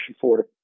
forward